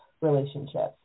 relationships